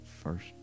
first